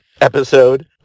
episode